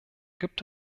gibt